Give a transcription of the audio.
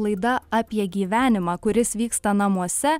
laida apie gyvenimą kuris vyksta namuose